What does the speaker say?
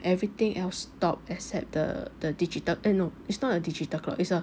everything else stop except the the digital eh no it's not a digital clock